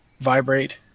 vibrate